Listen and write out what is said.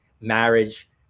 marriage